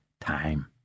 time